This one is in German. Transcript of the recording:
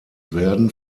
werden